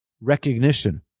recognition